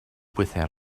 without